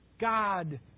God